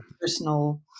personal